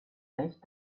nicht